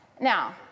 Now